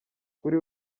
kuri